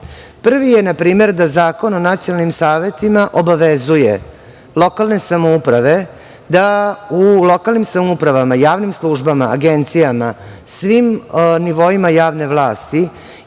Prvi je, na primer, da Zakon o nacionalnim savetima obavezuje lokalne samouprave da u lokalnim samoupravama u javnim službama, agencijama, svim nivoima javne vlasti